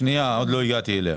מה זה המטה בארץ?